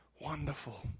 Wonderful